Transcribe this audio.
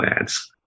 ads